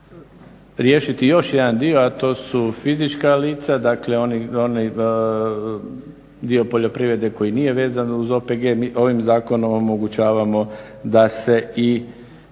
riješiti još jedan dio, a to su fizička lica, dakle onaj dio poljoprivrede koji nije vezan uz OPG. Mi ovim zakonom omogućavamo da se i